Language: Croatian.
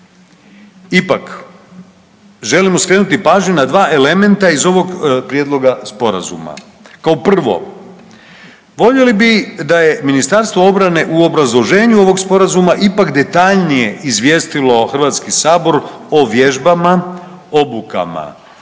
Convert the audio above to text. Ipak, želimo skrenuti pažnju na 2 elementa iz ovog Prijedloga Sporazuma. Kao prvo, voljeli bi da je MORH u obrazloženju ovog Sporazuma ipak detaljnije izvjestilo HS o vježbama, obukama